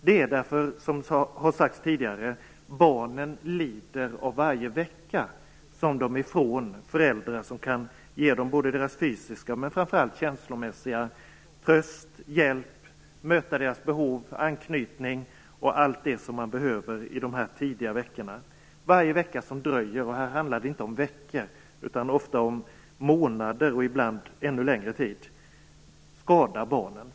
Det är därför att barnen - som sagts tidigare - lider varje vecka som de är ifrån föräldrar som kan ge dem deras fysiska och framför allt känslomässiga tröst och hjälp, möta deras behov av anknytning och allt det som man behöver i de tidiga veckorna. Varje vecka som det dröjer skadar barnen, och här handlar det inte om veckor utan ofta om månader och ibland ännu längre tid.